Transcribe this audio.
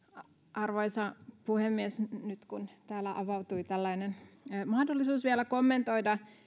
arvoisa puhemies nyt kun täällä avautui tällainen mahdollisuus vielä kommentoida